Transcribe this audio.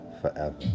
forever